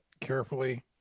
carefully